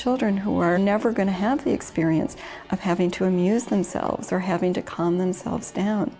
children who are never going to have the experience of having to amuse themselves or having to calm themselves down